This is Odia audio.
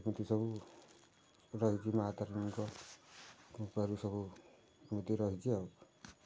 ଏମିତି ସବୁ ରହିଛି ମାଁ ତାରିଣୀଙ୍କ କୃପାରୁ ସବୁ ଏମିତି ରହିଛି ଆଉ